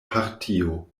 partio